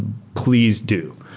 please do,